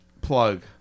plug